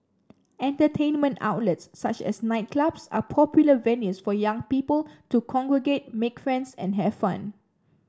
entertainment outlets such as nightclubs are popular venues for young people to congregate make friends and have fun